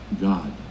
god